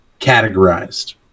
categorized